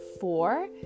four